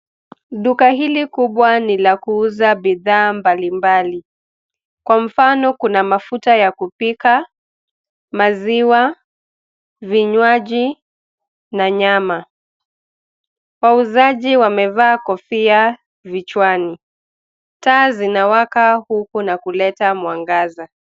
Duka hili kubwa ni la kuuza bidhaa mbalimbali, kwa mfano, kuna mafuta ya kupika, maziwa, vinywaji na nyama. Wauzaji wamevaa kofia vichwani. Taa zinawaka huku na kuleta mwangaza.